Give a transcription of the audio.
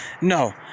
No